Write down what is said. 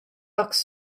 bucks